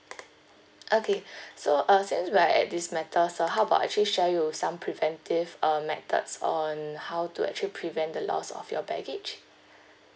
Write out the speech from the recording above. okay so uh since we are at this matter so how about actually share you some preventive uh methods on how to actually prevent the loss of your baggage